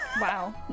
Wow